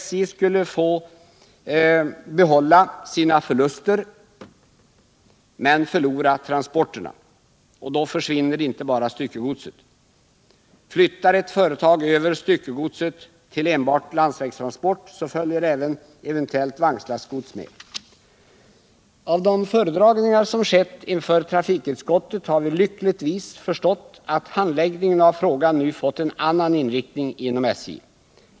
SJ skulle få behålla sina förluster men förlora transporterna. Och då försvinner inte bara styckegodset. Flyttar ett företag över styckegodset till enbart landsvägstransport, så följer även det eventuella vagnslastgodset med. Av de föredragningar som skett inför trafikutskottet har vi lyckligtvis förstått att handläggningen av frågan nu fått en annan inriktning inom SJ.